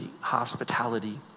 hospitality